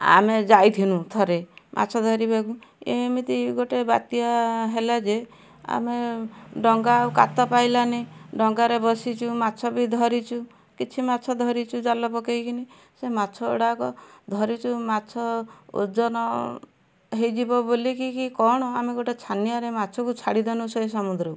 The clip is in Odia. ଆମେ ଯାଇଥିନୁ ଥରେ ମାଛ ଧରିବାକୁ ଏମିତି ଗୋଟେ ବାତ୍ୟା ହେଲା ଯେ ଆମେ ଡଙ୍ଗା ଆଉ କାତ ପାଇଲାନି ଡଙ୍ଗାରେ ବସିଛୁ ମାଛ ବି ଧରିଛୁ କିଛି ମାଛ ଧରିଛୁ ଜାଲ ପକେଇକିନି ସେ ମାଛଗୁଡ଼ାକ ଧରିଛୁ ମାଛ ଓଜନ ହେଇଯିବ ବୋଲିକି କି କ'ଣ ଆମେ ଗୋଟେ ଛାନିଆରେ ମାଛକୁ ଛାଡ଼ିଦେନୁ ସେଇ ସମୁଦ୍ରକୁ